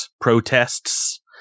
protests